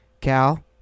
Cal